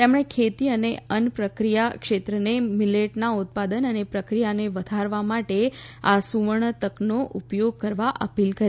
તેમણે ખેતી અને અન્ન પ્રક્રિયા ક્ષેત્રને મીલેટના ઉત્પાદન અને પ્રક્રિયાને વધારવા માટે આ સુવર્ણ તકનો ઉપયોગ કરવા અપીલ કરી